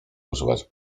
używać